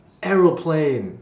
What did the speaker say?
aeroplane